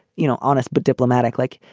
you know, honest. but diplomatic like.